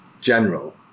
general